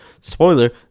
Spoiler